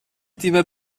تیم